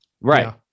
Right